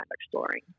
exploring